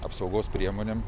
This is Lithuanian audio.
apsaugos priemonėm